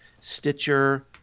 Stitcher